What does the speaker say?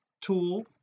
tool